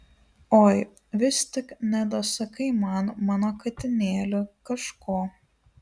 oi vis tik nedasakai man mano katinėli kažko